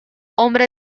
hombre